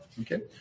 Okay